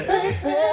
Baby